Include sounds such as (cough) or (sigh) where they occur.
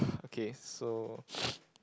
okay so (noise)